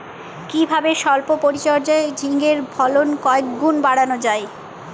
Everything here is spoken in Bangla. কিভাবে সল্প পরিচর্যায় ঝিঙ্গের ফলন কয়েক গুণ বাড়ানো যায়?